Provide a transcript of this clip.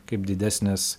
kaip didesnės